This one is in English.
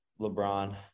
LeBron